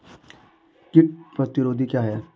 कीट प्रतिरोधी क्या है?